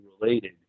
related